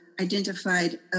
identified